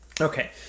Okay